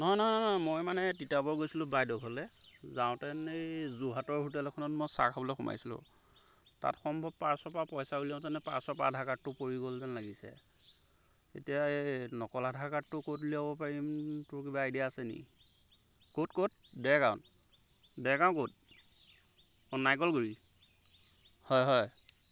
নহয় নহয় নহয় মই মানে তিতাবৰ গৈছিলোঁ বাইদেউ ঘৰলৈ যাওঁতে এনেই যোৰহাটৰ হোটেল এখনত মই চাহ খাবলৈ সোমাইছিলোঁ তাত সম্ভৱ পাৰ্চৰপৰা পইচা উলিয়াওতেনে পাৰ্চৰপৰা আধাৰ কাৰ্ডটো পৰি গ'ল যেন লাগিছে এতিয়া এই নকল আধাৰ কাৰ্ডটো ক'ত উলিয়াব পাৰিম তোৰ কিবা আইডিয়া আছে নেকি ক'ত ক'ত দেৰগাঁৱত দেৰগাঁৱৰ ক'ত অঁ নাৰিকলগুৰি হয় হয়